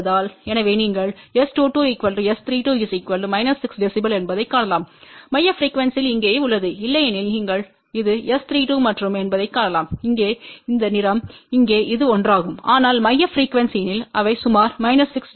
எனவே நீங்கள் S22 S32 6 dB என்பதைக் காணலாம் மைய ப்ரிக்யூவென்ஸிணில் இங்கேயே உள்ளது இல்லையெனில் நீலம் இது S32மற்றும் என்பதைக் காணலாம் இங்கே இந்த நிறம் இங்கே இது ஒன்றாகும் ஆனால் மைய ப்ரிக்யூவென்ஸிணில் அவை சுமார் 6 dB